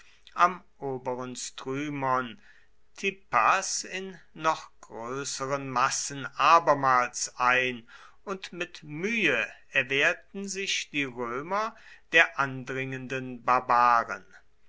in noch größeren massen abermals ein und mit mühe erwehrten sich die römer der andringenden barbaren